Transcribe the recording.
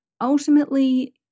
Ultimately